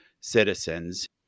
citizens